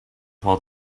while